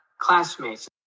classmates